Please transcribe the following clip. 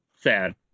sad